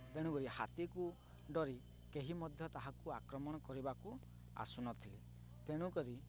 ତେଣୁକରି ହାତୀକୁ ଡରି କେହି ମଧ୍ୟ ତାହାକୁ ଆକ୍ରମଣ କରିବାକୁ ଆସୁନଥିଲେ ତେଣୁକରି